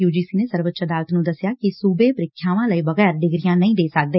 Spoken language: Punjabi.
ਯੂ ਜੀ ਸੀ ਨੇ ਸਰਵ ਉੱਚ ਅਦਾਲਤ ਨੂੰ ਦਸਿਆ ਕਿ ਸੁਬੇ ਪ੍ਰੀਖਿਆਵਾਂ ਲਏ ਬਗੈਰ ਡਿਗਰੀਆਂ ਨਹੀਂ ਦੇ ਸਕਦੇ